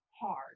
hard